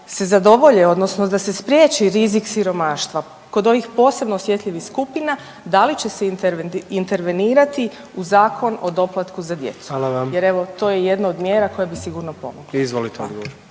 se zadovolje odnosno da se spriječi rizik siromaštva kod ovih posebno osjetljivih skupina da li će se intervenirati u Zakon o doplatku za djecu …/Upadica: Hvala vam/… jer evo to je jedna od mjera koja bi sigurno pomogla. **Jandroković,